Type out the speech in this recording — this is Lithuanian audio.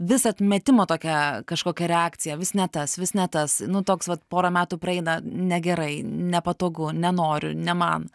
vis atmetimo tokia kažkokia reakcija vis ne tas vis ne tas nu toks vat pora metų praeina negerai nepatogu nenoriu ne man